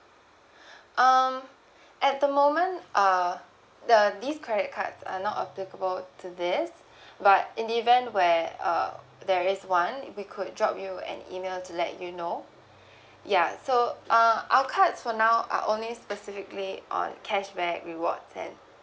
um at the moment uh the this credit card are not applicable to this but in the event where uh there is one if we could drop you an email to let you know ya so uh our cards for now are only specifically on cashback rewards and